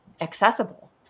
accessible